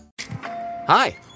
Hi